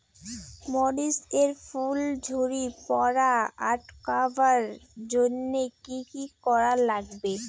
মরিচ এর ফুল ঝড়ি পড়া আটকাবার জইন্যে কি কি করা লাগবে?